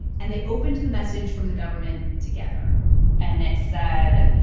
and they opened the message from the government together and it said,